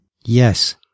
Yes